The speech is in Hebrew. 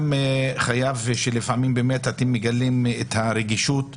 אני גם חייב לומר שבאמת לפעמים אתם מגלים את הרגישות בבקשות,